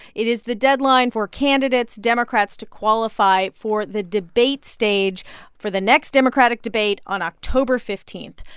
it is the deadline for candidates democrats to qualify for the debate stage for the next democratic debate on october fifteen.